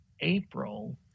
April